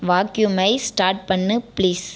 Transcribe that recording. வாக்யூம்மை start பண்ணு please